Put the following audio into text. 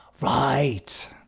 right